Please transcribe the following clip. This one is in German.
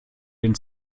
den